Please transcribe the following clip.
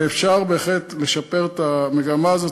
ואפשר בהחלט לשפר את המגמה הזאת,